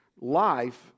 life